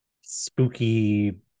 spooky